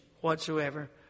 whatsoever